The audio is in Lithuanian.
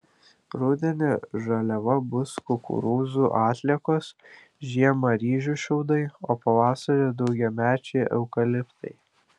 rudenį žaliava bus kukurūzų atliekos žiemą ryžių šiaudai o pavasarį daugiamečiai eukaliptai